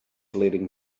leading